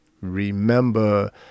remember